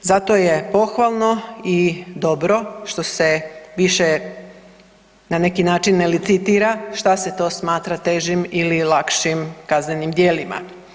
Zato je pohvalno i dobro što se više na neki način ne licitira šta se to smatra težim ili lakšim kaznenim djelima.